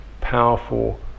powerful